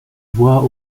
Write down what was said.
voix